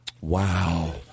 Wow